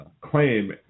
Claim